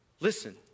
Listen